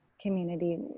community